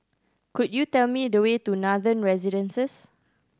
could you tell me the way to Nathan Residences